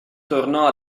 tornò